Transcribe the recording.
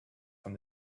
from